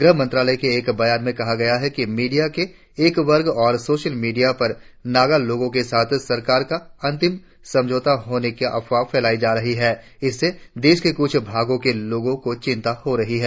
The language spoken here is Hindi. गृह मंत्रालय के एक बयान में कहा गया है कि मीडिया के एक वर्ग और सोशल मीडिया पर नगा लोगों के साथ सरकार का अंतिम समझौते होने की अफवाह फैलाई जा रही है इससे देश के कुछ भागों के लोगों को चिंता हो रही है